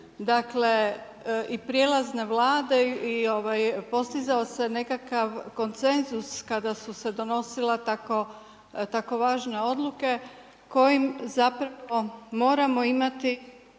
2001. i prelazne Vlade i postizao se nekakav konsenzus kada su se donosila tako važne odluke kojim zapravo moramo imati